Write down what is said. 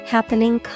Happening